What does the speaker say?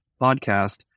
podcast